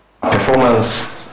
Performance